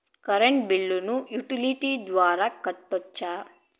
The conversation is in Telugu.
కరెంటు బిల్లును యుటిలిటీ ద్వారా కట్టొచ్చా?